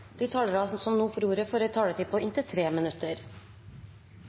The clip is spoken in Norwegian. De talere som heretter får ordet, har en taletid på inntil 3 minutter.